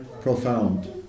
profound